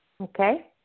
Okay